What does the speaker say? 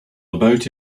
about